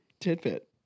tidbit